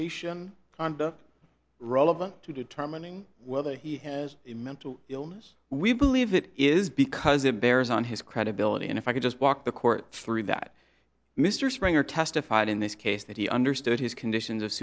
revocation onda relevant to determining whether he has a mental illness we believe it is because it bears on his credibility and if i could just walk the court through that mr springer testified in this case that he understood his conditions of